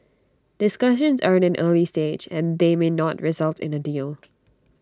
discussions are at an early stage and they may not result in A deal